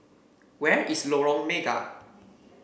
where is Lorong Mega